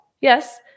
Yes